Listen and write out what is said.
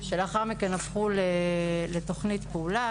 שלאחר מכן הפכו לתוכנית פעולה.